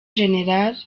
general